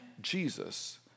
Jesus